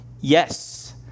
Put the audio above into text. Yes